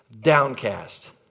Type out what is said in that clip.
downcast